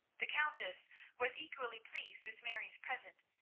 the countess was equally pleased with mary's present,